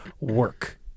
work